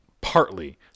partly